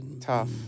tough